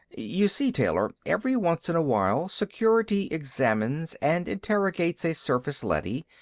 you see, taylor, every once in a while security examines and interrogates a surface leady,